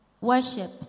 Worship